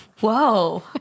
Whoa